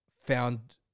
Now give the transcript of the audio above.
found